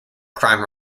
crime